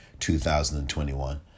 2021